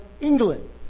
England